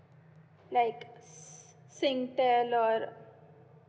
like s~ Singtel or